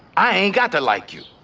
i ain't got to like you.